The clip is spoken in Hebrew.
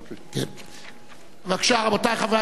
בבקשה, רבותי חברי הכנסת,